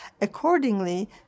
Accordingly